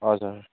हजुर